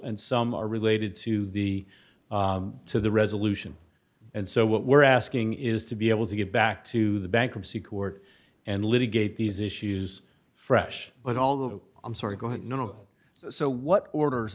and some are related to the to the resolution and so what we're asking is to be able to get back to the bankruptcy court and litigate these issues fresh but although i'm sorry go ahead you know so what orders